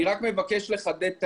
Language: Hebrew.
אני מבקש לחדד.